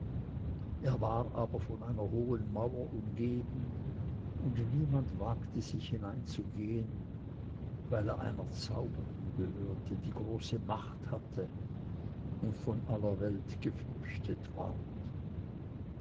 er war aber von einer hohen mauer umgeben und niemand wagte hineinzugehen weil er einer zauberin gehörte die große macht hatte und von aller welt gefürchtet ward